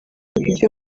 ibyo